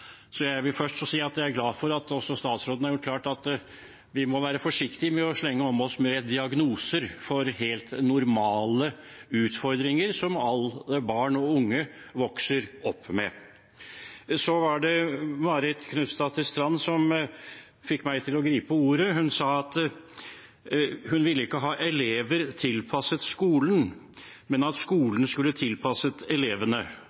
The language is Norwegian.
Så jeg vil først få si at jeg er glad for at også statsråden har gjort det klart at vi må være forsiktige med å slenge om oss med diagnoser for helt normale utfordringer som alle barn og unge vokser opp med. Det var Marit Knutsdatter Strand som fikk meg til å gripe ordet. Hun sa at hun ikke ville ha «elever som er tilpasset skolen», men